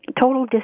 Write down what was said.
Total